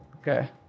Okay